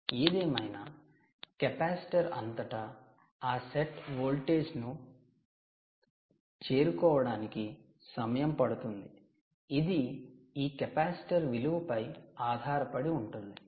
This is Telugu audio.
ఏదేమైనా కెపాసిటర్ అంతటా ఆ సెట్ వోల్టేజ్ను చేరుకోవడానికి సమయం పడుతుంది ఇది ఈ కెపాసిటర్ విలువ పై ఆధారపడి ఉంటుంది